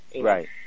Right